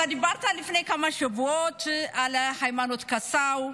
אתה דיברת לפני כמה שבועות על היימנוט קסאו,